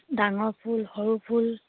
ডাঙৰ ফুল সৰু ফুল